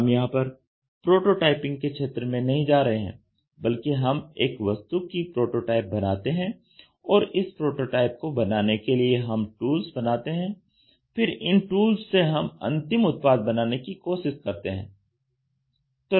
हम यहां पर प्रोटोटाइपिंग के क्षेत्र में नहीं जा रहे हैं बल्कि हम एक वस्तु की प्रोटोटाइप बनाते हैं और इस प्रोटोटाइप को बनाने के लिए हम टूलस बनाते हैं फिर इन टूलस से हम अंतिम उत्पाद बनाने की कोशिश करते हैं